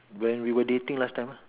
when we were dating last time